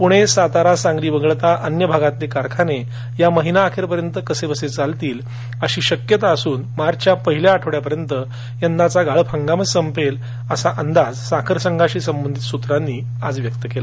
पुणे सातारा आणि सांगली वगळता अन्य भागातील कारखाने या महिनाअखेरपर्यंत कसेबसे चालतील अशी शक्यता असून मार्चच्या पहिल्या आठवड्यापर्यंत यंदाचा गाळप हंगामच संपेल असा अंदाज आज साखर संघाशी संबंधित सूत्रांनीव्यक्त केला